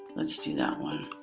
let's do that one.